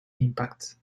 impacts